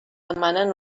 demanen